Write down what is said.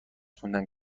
خوندم